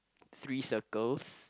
three circles